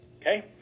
Okay